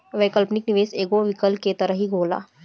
वैकल्पिक निवेश एगो विकल्प के तरही होला